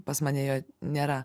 pas mane jo nėra